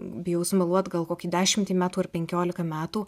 bijau sumeluot gal kokį dešimtį metų ar penkiolika metų